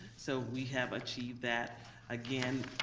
so we have achieved that. again,